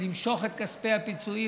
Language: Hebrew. למשוך את כספי הפיצויים,